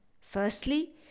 Firstly